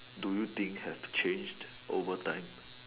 do you think have changed over time